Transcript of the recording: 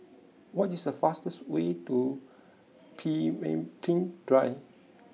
what is the fastest way to Pemimpin Drive